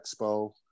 Expo